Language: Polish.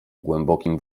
głębokim